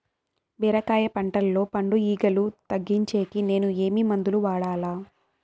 బీరకాయ పంటల్లో పండు ఈగలు తగ్గించేకి నేను ఏమి మందులు వాడాలా?